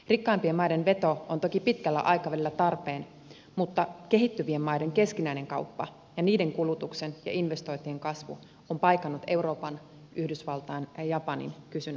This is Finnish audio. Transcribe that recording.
rikkaampien maiden veto on toki pitkällä aikavälillä tarpeen mutta kehittyvien maiden keskinäinen kauppa ja niiden kulutuksen ja investointien kasvu on paikannut euroopan yhdysvaltain ja japanin kysynnän vaisuutta